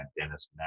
Dennis